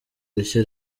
rishya